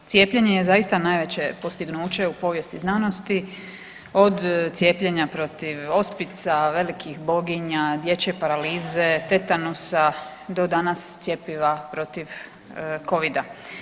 Cijepljenje je zaista najveće postignuće u povijesti znanosti od cijepljenja protiv ospica, velikih boginja, dječje paralize, tetanusa do danas cjepiva protiv Covida.